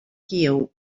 kiel